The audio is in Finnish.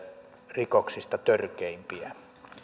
rikoksista törkeimpiä